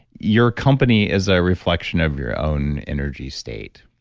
your company is a reflection of your own energy state.